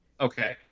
okay